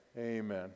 Amen